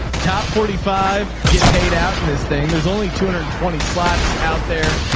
top forty five, get paid out in this thing. there's only two hundred and twenty slots out there.